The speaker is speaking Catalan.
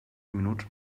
minuts